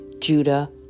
Judah